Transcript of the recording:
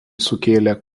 sukėlė